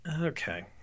okay